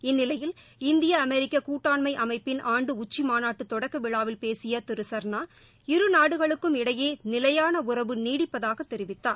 இந்நிலையில் இந்திய அமெரிக்ககூட்டாண்மைஅமைப்பின் ஆண்டுஉச்சிமாநாட்டுதொடக்கவிழாவில் பேசியதிருசர்னா இரு நாடுகளுக்கும் இடையேநிலையான உறவு நீடிப்பதாகதெரிவித்தார்